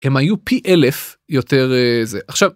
הם היו פי אלף יותר זה עכשיו.